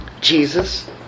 Jesus